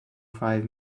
five